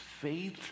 faith